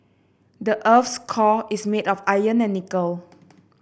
the earth's core is made of iron and nickel